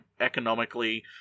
economically